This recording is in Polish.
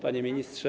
Panie Ministrze!